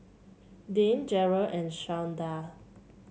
Dane Jerrel and Shawnda